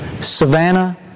Savannah